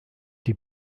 die